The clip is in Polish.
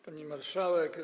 Pani Marszałek!